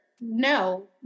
no